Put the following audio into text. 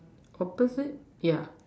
opposite yeah